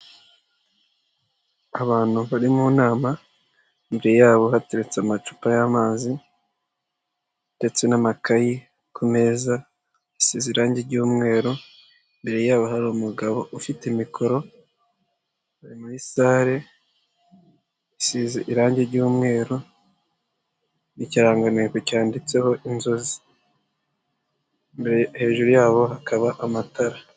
Abantu bari mu nama imbere yabo hateretse amacupa y'amazi ndetse n'amakayi ku meza, isize irange ry'umweru imbere yabo hari umugabo ufite mikoro muri sale isize irange ry'umweru, ikirangantego cyanditseho inzozi hejuru yabo hakaba amatara.